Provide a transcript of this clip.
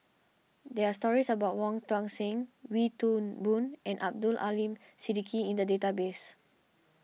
there are stories about Wong Tuang Seng Wee Toon Boon and Abdul Aleem Siddique in the database